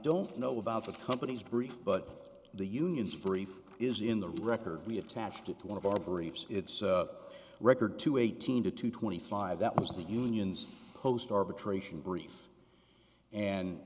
don't know about the company's brief but the union's free is in the record we attached it to one of our briefs it's a record two eighteen to twenty five that was the union's post arbitration brief and